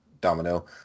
Domino